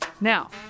Now